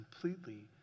completely